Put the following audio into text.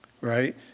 Right